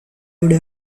would